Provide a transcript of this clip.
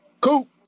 Cool